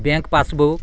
bank passbook